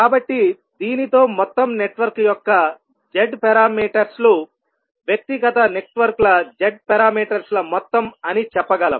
కాబట్టి దీనితో మొత్తం నెట్వర్క్ యొక్క z పారామీటర్స్ లు వ్యక్తిగత నెట్వర్క్ల z పారామీటర్స్ ల మొత్తం అని చెప్పగలం